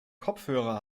kopfhörer